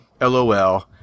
LOL